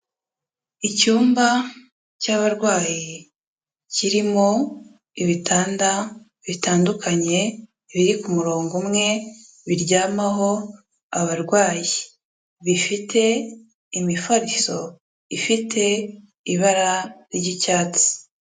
Icyumba cy'abarwayi kirimo ibitanda bitandukanye biri ku murongo umwe biryamaho abarwayi. Bifite imifariso ifite ibara ry'icyatsi.